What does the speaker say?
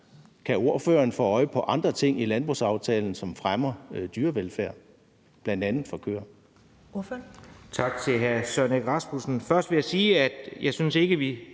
Kan ordføreren få øje på andre ting i landbrugsaftalen, som fremmer dyrevelfærd, bl.a. for køer?